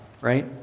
right